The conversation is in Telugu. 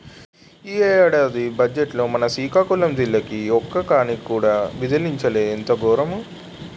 ఈ ఏడాది బజ్జెట్లో మన సికాకులం జిల్లాకి ఒక్క కానీ కూడా విదిలించలేదు ఎంత గోరము